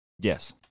Yes